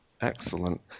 Excellent